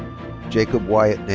jakob wyatt